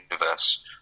universe